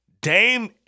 Dame